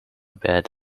bed